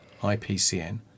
IPCN